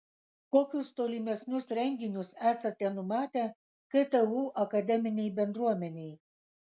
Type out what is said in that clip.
kokius tolimesnius renginius esate numatę ktu akademinei bendruomenei